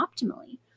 optimally